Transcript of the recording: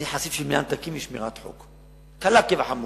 אני חסיד של מינהל תקין ושמירת חוק, קלה כחמורה.